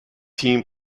team